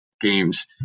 games